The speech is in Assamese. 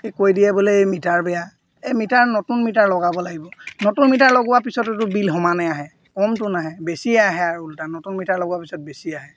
এই কৈ দিয়ে বোলে এই মিটাৰ বেয়া এই মিটাৰ নতুন মিটাৰ লগাব লাগিব নতুন মিটাৰ লগোৱাৰ পিছতো বিল সমানেই আহে কমতো নাহে বেছিয়ে আহে আৰু ওল্টা নতুন মিটাৰ লগোৱাৰ পিছত বেছি আহে